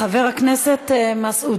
חבר הכנסת מסעוד